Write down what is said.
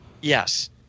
Yes